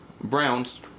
Browns